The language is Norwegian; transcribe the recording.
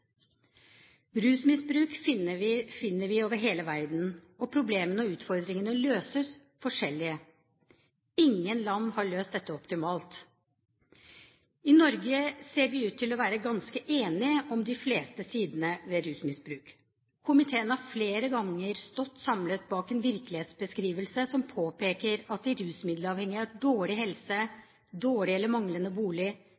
Rusmisbruk finner vi over hele verden, og problemene og utfordringene løses forskjellig. Ingen land har løst dette optimalt. I Norge ser vi ut til å være ganske enig om de fleste sidene ved rusmisbruk. Komiteen har flere ganger stått samlet bak en virkelighetsbeskrivelse som påpeker at de rusmiddelavhengige har dårlig